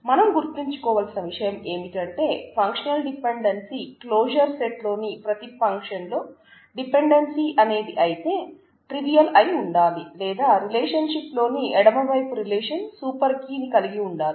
మనం గుర్తించుకోవలసిన విషయం ఏమిటంటే ఫంక్షనల్ డిపెండెన్సీ క్లోజర్ సెట్ లోని ప్రతి ఫంక్షనల్ డిపెండెన్సీ అనేది అయితే ట్రివియల్ ని కలిగి ఉండాలి